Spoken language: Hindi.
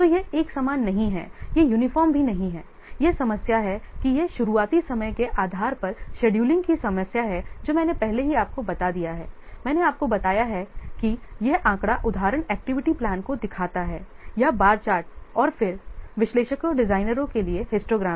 तो यह एक समान नहीं है यह यूनिफॉर्म भी नहीं है यह समस्या है कि यह शुरुआती समय के आधार पर शेड्यूलिंग की समस्या है जो मैंने पहले ही आपको बता दिया है मैंने आपको बताया है कि यह आंकड़ा उदाहरण एक्टिविटी प्लान को दिखाता है या बार चार्ट और फिर विश्लेषकों डिजाइनरों के लिए हिस्टोग्राम